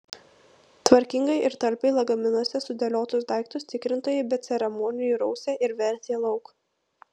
tvarkingai ir talpiai lagaminuose sudėliotus daiktus tikrintojai be ceremonijų rausė ir vertė lauk